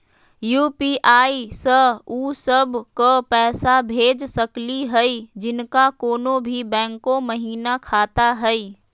UPI स उ सब क पैसा भेज सकली हई जिनका कोनो भी बैंको महिना खाता हई?